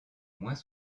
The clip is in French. moins